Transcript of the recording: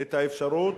את האפשרות,